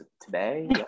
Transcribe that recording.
today